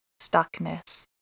stuckness